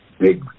big